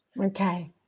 okay